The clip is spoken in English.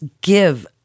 give